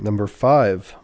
number five